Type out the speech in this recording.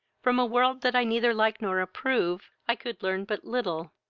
from a world that i neither like nor approve, i could learn but little,